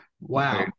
Wow